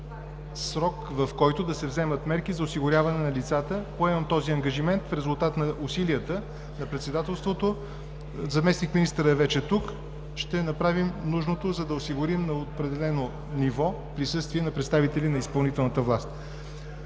срок, в който да се вземат мерки за осигуряване на лицата. Поемам този ангажимент. В резултат на усилията на Председателството заместник-министърът е вече тук. Ще направим нужното, за да осигурим на определено ниво присъствие на представители на изпълнителната власт.